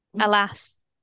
alas